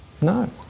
No